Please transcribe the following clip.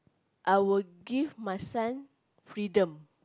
I will give my son freedom